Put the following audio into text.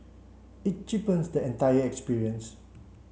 it cheapens the entire experience